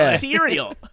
cereal